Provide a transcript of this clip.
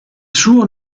suo